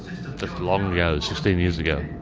long ago, sixteen years ago,